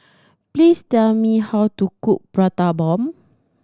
please tell me how to cook Prata Bomb